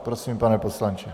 Prosím, pane poslanče.